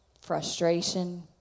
frustration